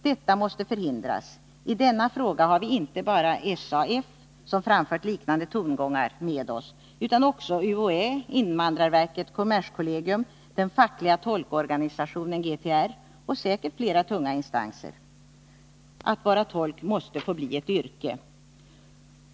Detta måste förhindras — i denna fråga har inte bara SAF framfört liknande tankegångar som vi gjort utan också UHÄ, invandrarverket, kommerskollegium, den fackliga tolkorganisationen GTR och säkert flera tunga instanser. Att vara tolk måste få bli ett yrke.